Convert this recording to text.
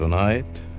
Tonight